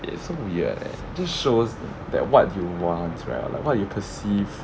it's so weird leh it just shows that what you want right like what you perceive